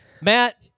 Matt